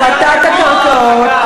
הפרטת הקרקעות,